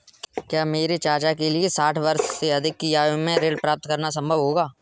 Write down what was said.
क्या मेरे चाचा के लिए साठ वर्ष से अधिक की आयु में ऋण प्राप्त करना संभव होगा?